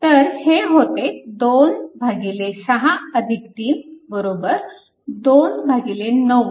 तर हे होते 263 29A